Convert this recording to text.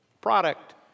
product